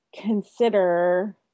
consider